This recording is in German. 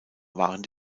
waren